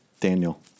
Daniel